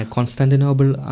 Constantinople